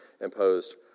imposed